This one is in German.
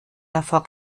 davor